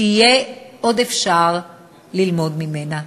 שעוד יהיה אפשר ללמוד ממנה.